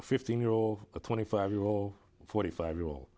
fifteen year old a twenty five year old forty five year old